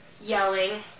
yelling